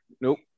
Nope